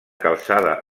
calçada